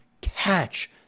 catch